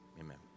Amen